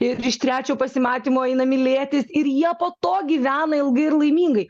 ir iš trečio pasimatymo eina mylėtis ir jie po to gyvena ilgai ir laimingai